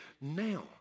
Now